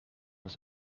was